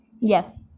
Yes